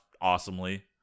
awesomely